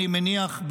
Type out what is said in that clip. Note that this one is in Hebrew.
אני מניח,